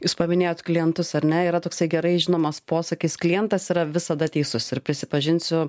jūs paminėjot klientus ar ne yra toksai gerai žinomas posakis klientas yra visada teisus ir prisipažinsiu